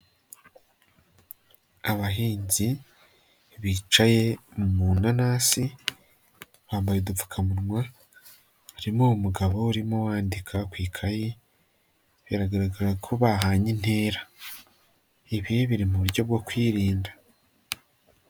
Abahinzi bicaye mu inanasi bambaye udupfukamunwa harimo umugabo urimo wandika ku ikayi, biragaragara ko bahanye intera. Ibi biri mu buryo bwo kwirinda.